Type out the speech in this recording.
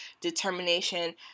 determination